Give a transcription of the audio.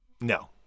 No